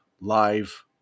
live